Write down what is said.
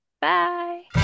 Bye